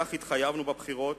לכך התחייבנו בבחירות